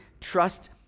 trust